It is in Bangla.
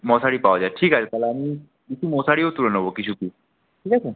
মশারি পাওয়া যায় ঠিক আছে তাহলে আমি দেখি মশারিও তুলে নেবো কিছু পিস ঠিক আছে